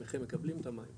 איך הם מקבלים את המים,